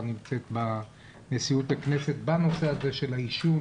נמצאת בנשיאות הכנסת בנושא הזה של העישון,